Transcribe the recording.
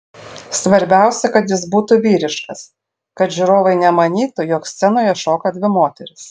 svarbiausia kad jis būtų vyriškas kad žiūrovai nemanytų jog scenoje šoka dvi moterys